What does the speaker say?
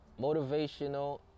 motivational